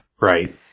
Right